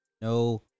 no